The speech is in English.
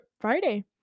Friday